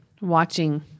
watching